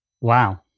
Wow